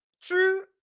true